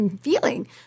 feeling